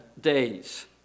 days